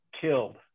killed